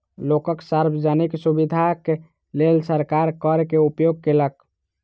लोकक सार्वजनिक सुविधाक लेल सरकार कर के उपयोग केलक